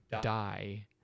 die